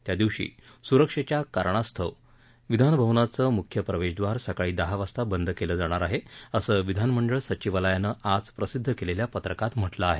त्यादिवशी सुरक्षेच्या कारणास्तव विधानभवनाचं मुख्य प्रवेशद्वार सकाळी दहा वाजता बंद केलं जाणार आहे असं विधानमंडळ सचिवालयानं आज प्रसिद्ध केलेल्या पत्रकात म्हटलं आहे